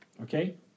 Okay